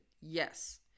yes